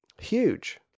huge